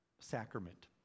sacrament